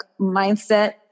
mindset